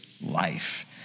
life